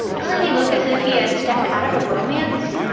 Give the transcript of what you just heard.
doesn't he look as if he had stepped out of a romance?